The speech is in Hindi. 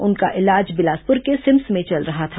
उनका इलाज बिलासपुर के सिम्स में चल रहा था